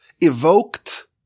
evoked